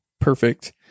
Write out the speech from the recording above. Perfect